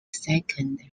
second